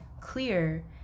clear